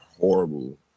horrible